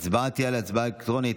ההצבעה תהיה הצבעה אלקטרונית.